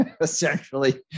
essentially